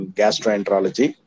gastroenterology